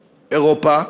אירופה,